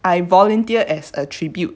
I volunteered as a tribute